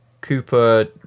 Cooper